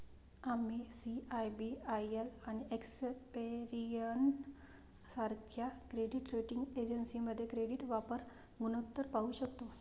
आम्ही सी.आय.बी.आय.एल आणि एक्सपेरियन सारख्या क्रेडिट रेटिंग एजन्सीमध्ये क्रेडिट वापर गुणोत्तर पाहू शकतो